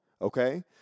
okay